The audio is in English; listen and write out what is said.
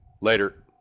Later